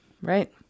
Right